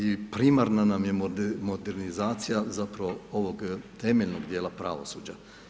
I primarna nam je modernizacija zapravo ovog temeljnog dijela pravosuđa.